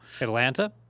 Atlanta